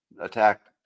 attacked